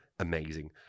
amazing